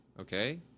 okay